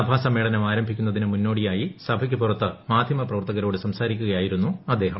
സഭാസമ്മേളനം ആരംഭിക്കുന്നതിന് മുന്നോടിയായി സഭയ്ക്ക് പുറത്ത് മാധ്യമ പ്രവർത്തകരോട് സംസാരിക്കുകയായിരുന്നു അദ്ദേഹം